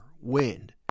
wind